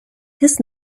his